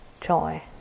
joy